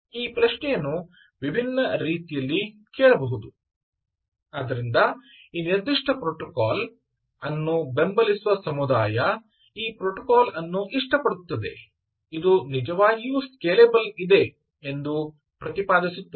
ಈ ಪ್ರಶ್ನೆಯನ್ನು ವಿಭಿನ್ನ ರೀತಿಯಲ್ಲಿ ಕೇಳಬಹುದು ಆದ್ದರಿಂದ ಈ ನಿರ್ದಿಷ್ಟ ಪ್ರೋಟೋಕಾಲ್ ಅನ್ನು ಬೆಂಬಲಿಸುವ ಸಮುದಾಯ ಈ ಪ್ರೋಟೋಕಾಲ್ ಅನ್ನು ಇಷ್ಟಪಡುತ್ತದೆ ಇದು ನಿಜವಾಗಿಯೂ ಸ್ಕೇಲೆಬಲ್ ಇದೆ ಎಂದು ಪ್ರತಿಪಾದಿಸುತ್ತದೆ